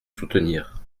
soutenir